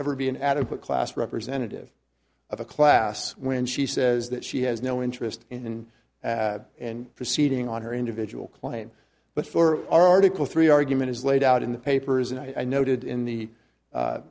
ever be an adequate class representative of a class when she says that she has no interest in and proceeding on her individual claim but for article three argument as laid out in the papers and i noted in the